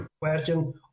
question